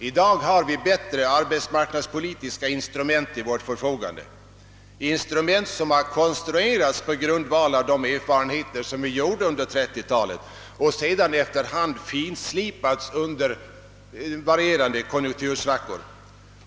I dag har vi bättre arbetsmarknadspolitiska instrument till vårt förfogande, vilka har konstruerats på grundval av de erfarenheter vi gjorde under 1930-talets kris och som sedan efter nand har finslipats under konjunktursvackorna.